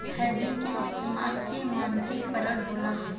hedging के इस्तमाल के मानकी करण होला